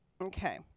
Okay